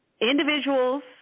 individuals